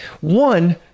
One